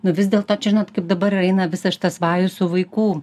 nu vis dėlto čia žinot kaip dabar ir eina visas šitas vajus su vaikų